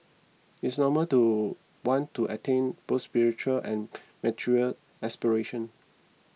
it is normal to want to attain both spiritual and material aspiration